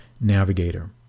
navigator